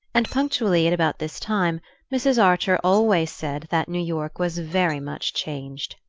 and punctually at about this time mrs. archer always said that new york was very much changed.